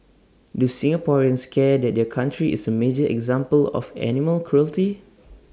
do Singaporeans care that their country is A major example of animal cruelty